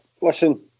listen